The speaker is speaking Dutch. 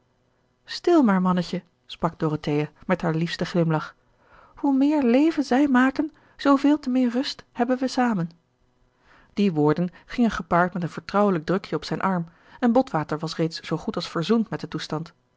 stil maar mannetje sprak dorothea met haar liefsten glimlach hoe meer leven zij maken zoo veel te meer rust hebben we zamen die woorden gingen gepaard met een vertrouwelijk drukje op zijn arm en botwater was reeds zoo goed als verzoend met den toestand